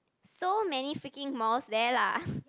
so many freaking malls there lah